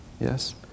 Yes